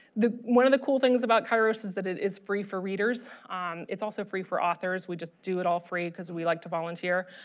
one of the cool things about kairos is that it is free for readers um it's also free for authors we just do it all free because we like to volunteer